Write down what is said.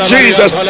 Jesus